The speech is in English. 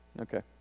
Okay